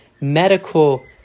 medical